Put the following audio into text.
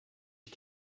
ich